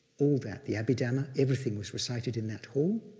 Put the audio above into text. all that, the abhidhamma, everything was recited in that hall.